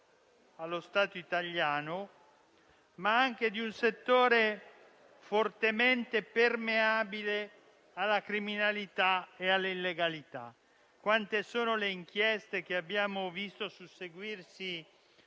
allo Stato italiano, ma che è anche fortemente permeabile alla criminalità e alla illegalità. Molte sono le inchieste che abbiamo visto susseguirsi